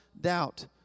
doubt